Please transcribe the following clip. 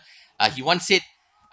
uh he once said